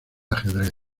ajedrez